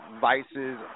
Vices